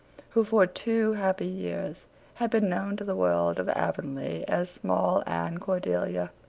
who for two happy years had been known to the world of avonlea as small anne cordelia.